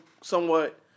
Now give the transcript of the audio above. somewhat